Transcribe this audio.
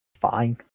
fine